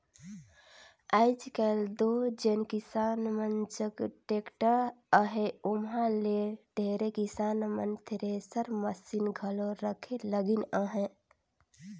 आएज काएल दो जेन किसान मन जग टेक्टर अहे ओमहा ले ढेरे किसान मन थेरेसर मसीन घलो रखे लगिन अहे